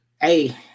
hey